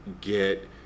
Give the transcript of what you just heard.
get